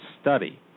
study